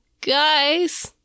guys